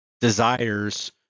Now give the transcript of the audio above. desires